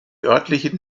örtlichen